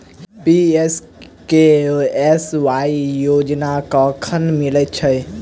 PMKMY योजना कखन मिलय छै?